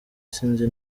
sinzi